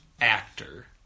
actor